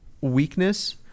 weakness